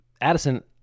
Addison